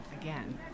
again